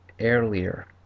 earlier